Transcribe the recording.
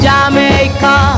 Jamaica